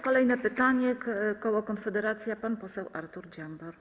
Kolejne pytanie, koło Konfederacja, pan poseł Artur Dziambor.